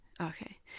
Okay